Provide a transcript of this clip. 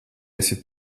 esi